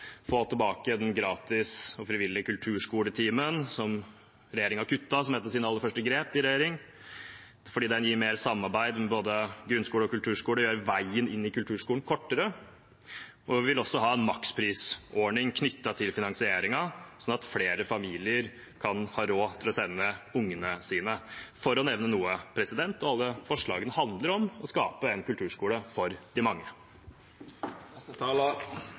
få tilbake en gratis og frivillig kulturskoletime, som regjeringen kuttet som et av sine aller første grep i regjering – fordi mye mer samarbeid mellom grunnskole og kulturskole gjør veien inn i kulturskolen kortere. Vi vil også ha en maksprisordning knyttet til finansieringen, sånn at flere familier kan ha råd til å sende ungene sine – for å nevne noe. Alle forslagene handler om å skape en kulturskole for de